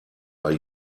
are